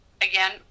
again